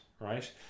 right